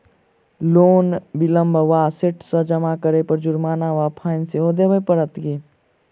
Loan विलंब वा late सँ जमा करै पर जुर्माना वा फाइन सेहो देबै पड़त की?